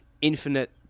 infinite